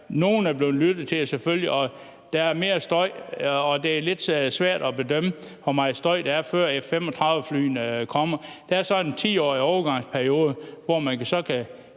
og der er mere støj, og det er lidt svært at bedømme, hvor meget støj der er, før F-35-flyene kommer. Der er så en 10-årig overgangsperiode, hvor man kan